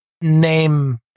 name